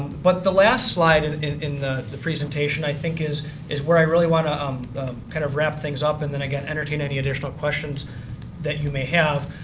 but the last slide and in in the the presentation i think is is where i really want to um kind of wrap things up and then again entertain any additional questions that you may have.